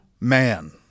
man